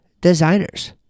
designers